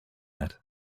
that